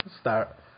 start